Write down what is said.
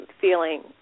feeling